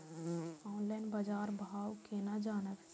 Online बाजार भाव केना जानब?